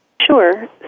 Sure